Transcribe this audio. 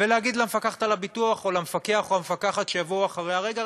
להגיד למפקחת על הביטוח או למפקח או המפקחת שיבואו אחריה: רגע,